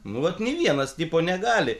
nu vat nei vienas tipo negali